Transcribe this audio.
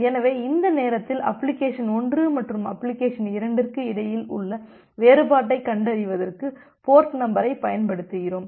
எனவே அந்த நேரத்தில் அப்ளிகேஷன் 1 மற்றும் அப்ளிகேஷன் 2 க்கு இடையில் உள்ள வேறுபாட்டை கண்டறிவதற்கு போர்ட் நம்பரை பயன்படுத்துகிறோம்